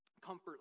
comfort